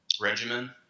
regimen